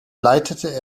leitete